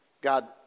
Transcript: God